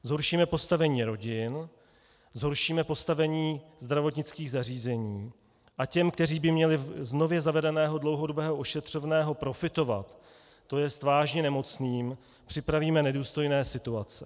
Zhoršíme postavení rodin, zhoršíme postavení zdravotnických zařízení a těm, kteří by měli z nově zavedeného dlouhodobého ošetřovného profitovat, tj. vážně nemocným, připravíme nedůstojné situace.